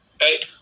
Hey